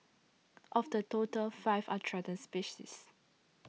of the total five are threatened species